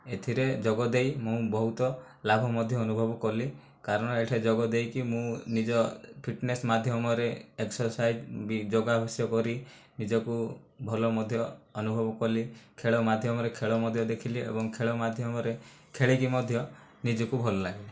ଏଥିରେ ଯୋଗଦେଇ ମୁଁ ବହୁତ ଲାଭ ମଧ୍ୟ ଅନୁଭବ କଲି କାରଣ ଏଇଠାରେ ଯୋଗଦେଇକି ମୁଁ ନିଜ ଫିଟନେସ ମାଧ୍ୟମରେ ଏକ୍ସର୍ସାଇଜ ଯୋଗାଭ୍ୟସ କରି ନିଜକୁ ଭଲ ମଧ୍ୟ ଅନୁଭବ କଲି ଖେଳ ମାଧ୍ୟମରେ ଖେଳ ମଧ୍ୟ ଦେଖିଲି ଏବଂ ଖେଳ ମାଧ୍ୟମରେ ଖେଳିକି ମଧ୍ୟ ନିଜକୁ ଭଲ ଲାଗେ